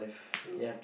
true